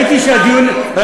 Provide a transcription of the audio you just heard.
אתה יודע, חבר הכנסת מרגי.